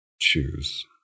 choose